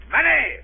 Money